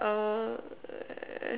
uh